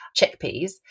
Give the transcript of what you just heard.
chickpeas